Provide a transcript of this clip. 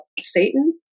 Satan